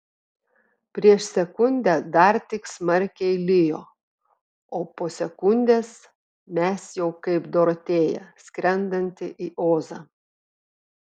prieš sekundę dar tik smarkiai lijo o po sekundės mes jau kaip dorotėja skrendanti į ozą